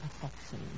perfection